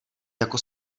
jako